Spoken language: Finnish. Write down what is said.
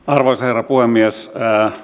arvoisa herra puhemies